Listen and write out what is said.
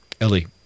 Ellie